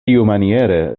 tiumaniere